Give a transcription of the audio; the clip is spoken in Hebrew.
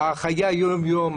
חיי היום-יום,